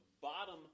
bottom